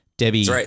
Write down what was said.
Debbie